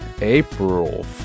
April